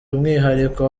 umwihariko